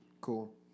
Cool